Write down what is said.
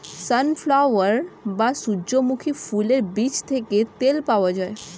sunflower বা সূর্যমুখী ফুলের বীজ থেকে তেল পাওয়া যায়